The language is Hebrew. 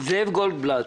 זאב גולדבלט,